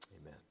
amen